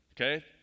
Okay